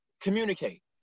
communicate